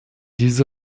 diese